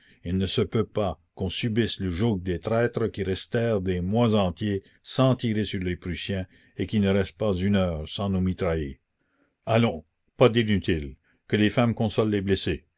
il ne se peut pas qu'on subisse le joug des traîtres qui restèrent des mois entiers sans tirer sur les prussiens et qui ne restent pas une heure sans nous mitrailler allons pas d'inutiles que les femmes consolent les blessés